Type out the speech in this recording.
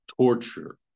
torture